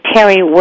Terry